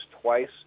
twice